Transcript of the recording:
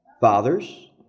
Fathers